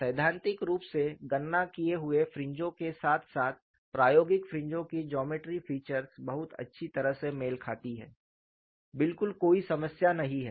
सैद्धांतिक रूप से गणना किये हुए फ्रिंजों के साथ साथ प्रायोगिक फ्रिंजों की ज्योमेट्री फीचर्स बहुत अच्छी तरह से मेल खाती हैं बिल्कुल कोई समस्या नहीं है